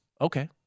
Okay